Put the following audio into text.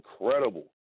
incredible